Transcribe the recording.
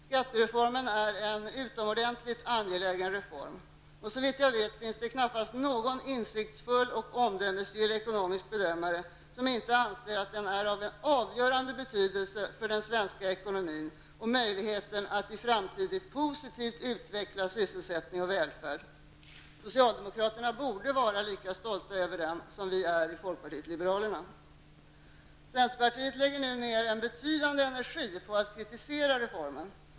Skattereformen är en utomordentligt angelägen reform. Såvitt jag vet finns det knappast någon insiktsfull och omdömesgill ekonomisk bedömare som inte anser att skattereformen är av en avgörande betydelse för den svenska ekonomin och för möjligheten att i framtiden positivt utveckla sysselsättning och välfärd. Socialdemokraterna borde vara lika stolta över skattereformen som vi i folkpartiet liberalerna är. Centerpatiet lägger nu ner en betydande energi på att kritisera reformen.